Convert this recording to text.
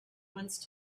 once